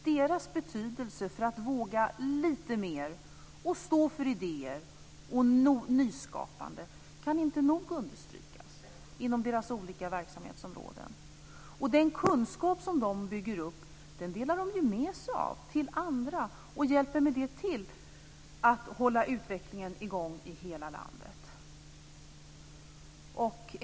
Deras betydelse för att våga lite mer, stå för idéer och nyskapande inom deras olika verksamhetsområden kan inte nog understrykas. Den kunskap som de bygger upp delar de ju med sig av till andra och hjälper därmed till att hålla utvecklingen i gång i hela landet.